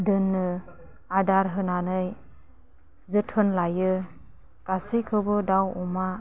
दोनो आदार होनानै जोथोन लायो गासैखौबो दाव अमा